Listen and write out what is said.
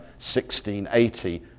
1680